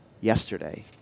yesterday